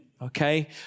okay